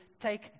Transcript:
take